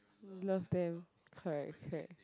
love them correct correct